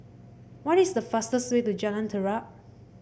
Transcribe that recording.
what is the fastest way to Jalan Terap